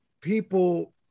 people